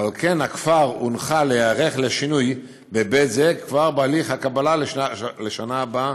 ועל כן הונחה הכפר להיערך לשינוי בהיבט זה כבר בהליך הקבלה לשנה הבאה,